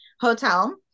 hotel